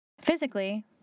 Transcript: Physically